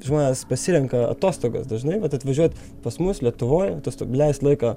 žmonės pasirenka atostogas dažnai vat atvažiuot pas mus lietuvoj atostog leist laiką